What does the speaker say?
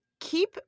keep